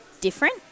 different